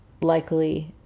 Likely